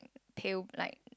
pale like